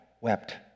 wept